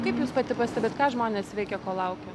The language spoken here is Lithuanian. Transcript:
kaip jūs pati pastebit ką žmonės viekia kol laukia